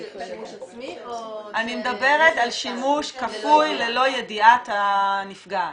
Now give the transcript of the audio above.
אני מדברת על שימוש כפוי ללא ידיעת הנפגעת.